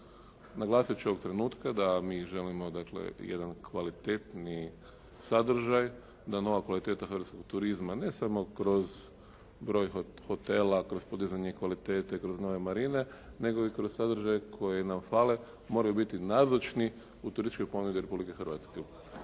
Naglasiti ću ovog trenutka da mi želimo, dakle jedan kvalitetniji sadržaj, da nova kvaliteta hrvatskog turizma, ne samo kroz broj hotela, kroz podizanje kvalitete, kroz nove marine, nego i kroz sadržaje koji nam fale, moraju biti nazočni u turističkoj ponudi Republike Hrvatske.